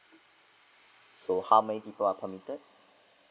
so how many people are permitted